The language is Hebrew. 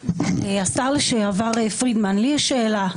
השר לשעבר פרידמן, יש לי שאלה.